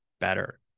better